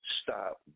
stop